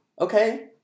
okay